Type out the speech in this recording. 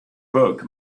book